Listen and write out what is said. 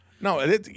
No